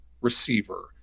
receiver